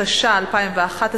התשע"א 2011,